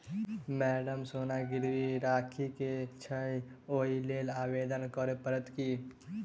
Madam सोना गिरबी राखि केँ छैय ओई लेल आवेदन करै परतै की?